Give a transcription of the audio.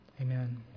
Amen